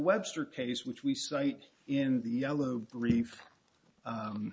webster case which we cite in the yellow brief